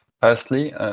Firstly